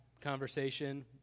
conversation